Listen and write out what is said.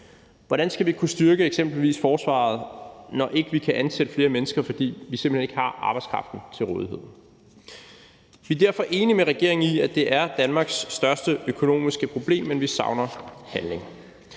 Hvordan skal vi kunne styrke eksempelvis forsvaret, når vi ikke kan ansætte flere mennesker, fordi vi simpelt hen ikke har arbejdskraften til rådighed? Vi er derfor enige med regeringen i, at det er Danmarks største økonomiske problem, men vi savner handling.